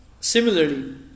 Similarly